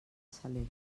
saler